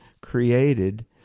created